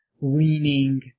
leaning